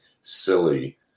silly